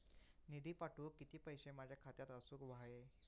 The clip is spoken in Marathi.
निधी पाठवुक किती पैशे माझ्या खात्यात असुक व्हाये?